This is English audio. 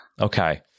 Okay